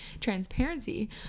transparency